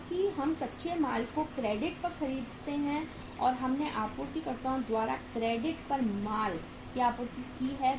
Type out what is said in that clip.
क्योंकि हम कच्चे माल को क्रेडिट पर खरीदते हैं या हमने आपूर्तिकर्ताओं द्वारा क्रेडिट पर कच्चे माल की आपूर्ति की है